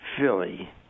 Philly